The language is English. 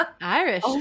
Irish